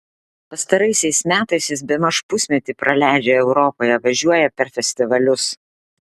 pastaraisiais metais jis bemaž pusmetį praleidžia europoje važiuoja per festivalius